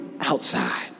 outside